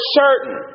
certain